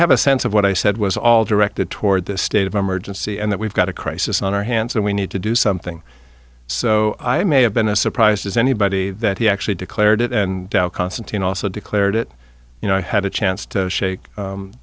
have a sense of what i said was all directed toward the state of emergency and that we've got a crisis on our hands and we need to do something so i may have been a surprised as anybody that he actually declared it and dow constantine also declared it you know i had a chance to shake